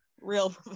real